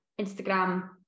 Instagram